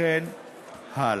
וכן הלאה.